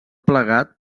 plegat